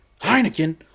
Heineken